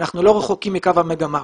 אנחנו לא רחוקים מקו המגמה.